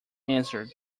answered